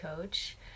coach